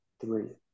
three